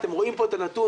אתם רואים פה את הנתון.